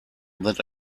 that